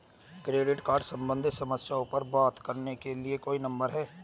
Credit card सम्बंधित समस्याओं पर बात करने के लिए कोई नंबर है?